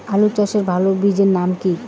আলু চাষের ভালো বীজের নাম কি?